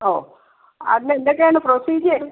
ഓ അതിന് എന്തൊക്കെയാണ് പ്രൊസീജിയറ്